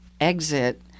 exit